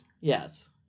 Yes